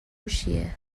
هوشیه